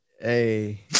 hey